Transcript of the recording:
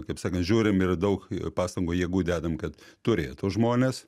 kaip sakant žiūrim ir daug pastangų jėgų dedam kad turėtų žmones